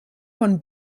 von